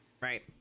Right